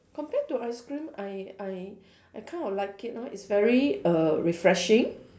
compare to ice cream I I I kind of like it ah it's very err refreshing